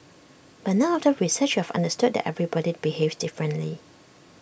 but now after research we have understood that everybody behaves differently